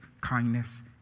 kindness